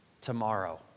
Tomorrow